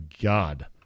God